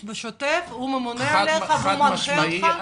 בשוטף, הוא ממונה עליך ומנחה אותך בעבודה שלך?